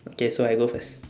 okay so I go first